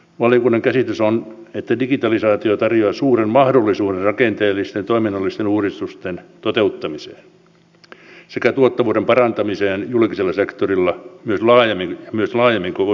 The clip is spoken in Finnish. valiokunnan käsitys on että digitalisaatio tarjoaa suuren mahdollisuuden rakenteellisten ja toiminnallisten uudistusten toteuttamiseen sekä tuottavuuden parantamiseen julkisella sektorilla ja myös laajemmin koko yhteiskunnassa